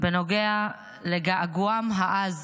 בנוגע לגעגועם העז